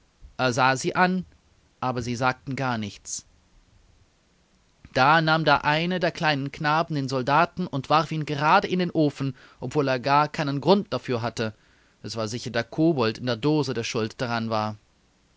sah sie an aber sie sagten gar nichts da nahm der eine der kleinen knaben den soldaten und warf ihn gerade in den ofen obwohl er gar keinen grund dafür hatte es war sicher der kobold in der dose der schuld daran war